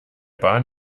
bahn